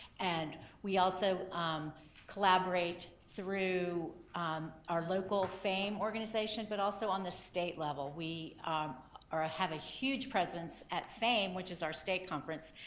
and we also um collaborate through our local fame organization but also on the state level, we ah have a huge presence at fame which is our state conference.